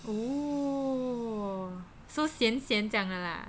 oh so 咸咸这样的啦